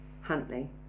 Huntley